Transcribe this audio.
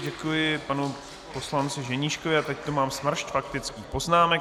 Děkuji panu poslanci Ženíškovi a teď tu mám smršť faktických poznámek.